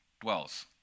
dwells